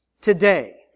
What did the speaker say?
today